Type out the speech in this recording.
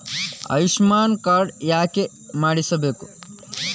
Ayushman card ಯಾಕೆ ಮಾಡಿಸಬೇಕು?